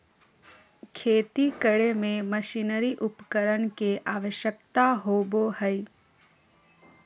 खेती करे में मशीनरी उपकरण के आवश्यकता होबो हइ